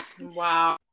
Wow